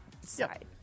side